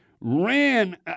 ran